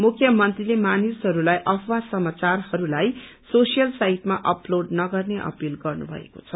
मुख्यमन्त्रीले मानिसहरूलाई अफवा समाचारहरूलाई सोशियल साइटमा नहाल्ने अपील गर्नुभएको छ